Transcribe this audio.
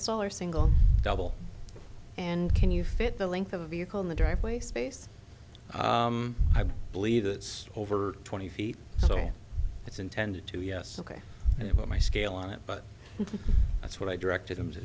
stroller single double and can you fit the length of a vehicle in the driveway space i believe that's over twenty feet so it's intended to yes ok you know my scale on it but that's what i directed him to